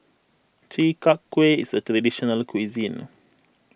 Chi Kak Kuih is a Traditional Local Cuisine